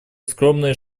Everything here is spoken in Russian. скромные